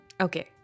Okay